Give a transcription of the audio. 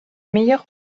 meilleur